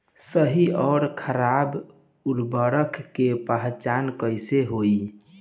सही अउर खराब उर्बरक के पहचान कैसे होई?